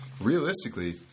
realistically